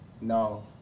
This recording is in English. no